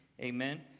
Amen